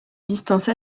distance